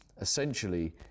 essentially